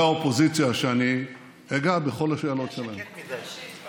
ענף התיירות הולך והופך לענף מרכזי ולמנוע כלכלי בלתי רגיל בחשיבותו,